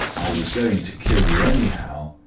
i was going to kill you anyhow,